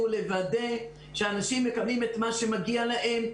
לוודא שאנשים מקבלים את מה שמגיע להם.